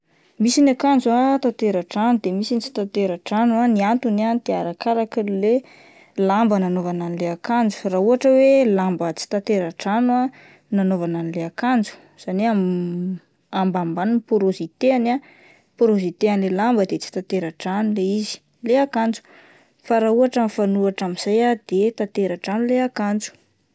Misy ny akanjo ah tatera-drano de misy ny tsy tate-radrano ah ny antony ah de arakaraka le lamba nanaovana anle akanjo, raha ohatra hoe lamba tsy tatera-drano no nanaovana ilay akanjo izany hoe ambanimbany ny pôrozitehany ah, pôrozitehan'ilay lamba dia tsy tatera-drano ilay izy, le akanjo. Fa raha ohatra ka mifanohitra amin'izay ah de tatera-drano ilay akanjo.